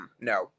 no